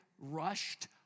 rushed